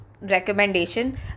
recommendation